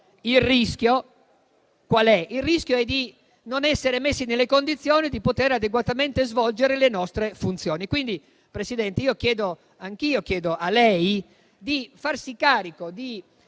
Il rischio è di non essere messi nelle condizioni di poter svolgere adeguatamente le nostre funzioni.